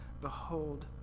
behold